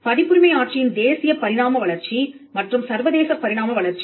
பதிப்புரிமை ஆட்சியின் தேசிய பரிணாம வளர்ச்சி மற்றும் சர்வதேச பரிணாம வளர்ச்சி